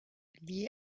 liés